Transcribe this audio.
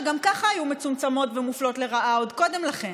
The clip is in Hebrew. שגם ככה היו מצומצמות ומופלות לרעה עוד קודם לכן,